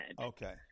Okay